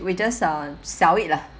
we just uh sell it lah